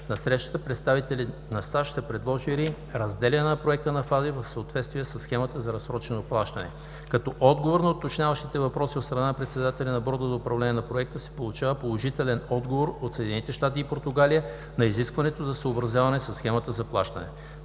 На срещата, представителите на САЩ са предложили разделяне на проекта на фази в съответствие със схемата за разсрочено плащане. Като отговор на уточняващите въпроси от страна на председателя на Борда за управление на проекта се получава положителен отговор от САЩ и Португалия на изискването за съобразяване със схемата за плащане.